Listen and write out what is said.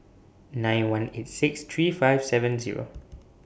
nine one eight six three five seven Zero